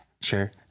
Sure